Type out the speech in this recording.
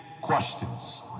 questions